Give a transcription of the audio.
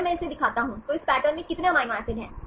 अगर मैं इसे दिखाता हूं तो इस पैटर्न में कितने अमीनो एसिड हैं